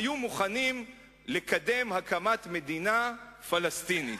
לקדם הקמת מדינה פלסטינית.